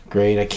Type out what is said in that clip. Great